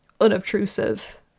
unobtrusive